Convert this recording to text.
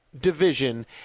division